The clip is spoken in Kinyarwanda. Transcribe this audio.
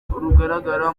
rugaragara